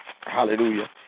hallelujah